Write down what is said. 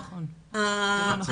זה לא נכון, זה לא נכון.